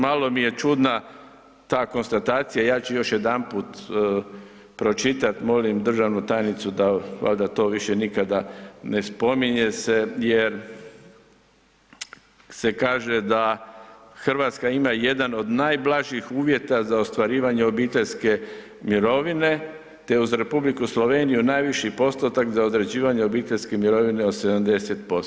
Malo mi je čudna ta konstatacija ja ću još jedanput pročitat, molim da državnu tajnicu da valjda to više nikada ne spominje se jer se kaže da „Hrvatska ima jedan od najblažih uvjeta za ostvarivanje obiteljske mirovine te uz Republiku Sloveniju najviši postotak za ostvarivanje obiteljske mirovine od 70%